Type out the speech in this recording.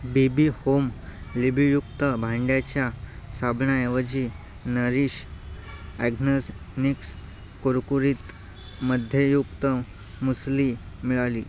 बी B home लिंबूयुक्त भांड्याच्या साबणाऐवजी नरीश ॲग्नसनिक्स कुरकुरीत मधयुक्त मुसली मिळाली